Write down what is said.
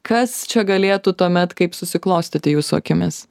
kas čia galėtų tuomet kaip susiklostyti jūsų akimis